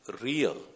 real